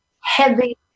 heavy